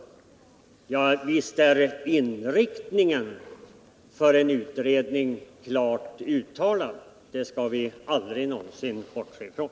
Visst är inriktningen av en utredning klart uttalad — det skall vi aldrig någonsin bortse från.